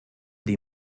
die